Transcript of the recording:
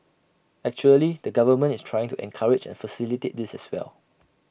actually the government is trying to encourage and facilitate this as well